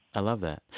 i love that.